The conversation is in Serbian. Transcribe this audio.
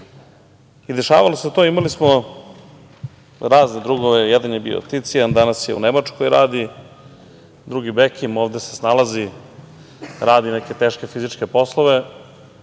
javnosti.Dešavalo se to, imali smo razne drugove, jedan je bio Ticijan, danas u Nemačkoj radi, drugi Bekim, ovde se snalazi, radi neke teške fizičke poslove,